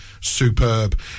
superb